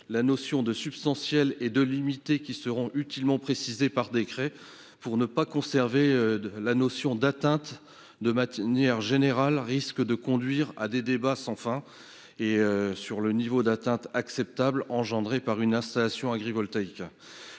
les notions de « substantielle » et de « limitée », qui seront utilement précisées par décret, pour ne conserver que la notion d'« atteinte » de manière générale, risque de conduire à des débats sans fin sur le niveau d'atteinte acceptable engendrée par une installation agrivoltaïque.